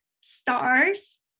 stars